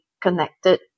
connected